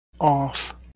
off